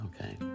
Okay